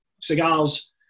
cigars